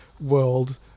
world